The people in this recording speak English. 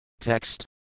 TEXT